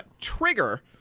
Trigger